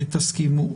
שתסכימו.